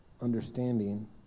understanding